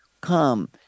come